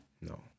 No